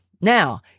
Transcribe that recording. Now